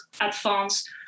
advance